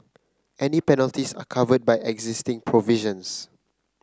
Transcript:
any penalties are covered by existing provisions